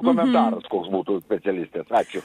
komentaras koks būtų specialistės ačiū